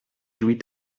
jouit